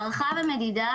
הערכה ומדידה,